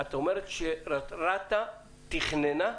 את אומרת שרת"ע תכננה?